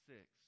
Six